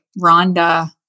Rhonda